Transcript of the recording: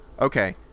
Okay